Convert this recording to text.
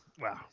Wow